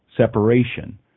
separation